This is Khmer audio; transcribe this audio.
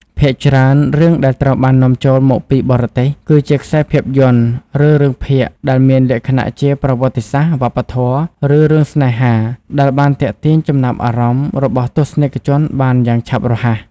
ភាគច្រើន រឿងដែលត្រូវបាននាំចូលមកពីបរទេសគឺជាខ្សែភាពយន្តឬរឿងភាគដែលមានលក្ខណៈជាប្រវត្តិសាស្រ្ត វប្បធម៌ ឬរឿងស្នេហាដែលបានទាក់ទាញចំណាប់អារម្មណ៍របស់ទស្សនិកជនបានយ៉ាងឆាប់រហ័ស។